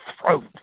throat